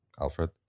Alfred